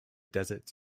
deserts